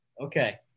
okay